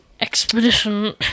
expedition